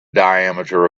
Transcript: diameter